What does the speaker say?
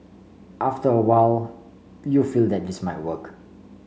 after a while you feel that this might work